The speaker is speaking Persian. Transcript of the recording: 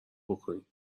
بکنی